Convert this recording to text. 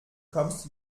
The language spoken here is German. kommst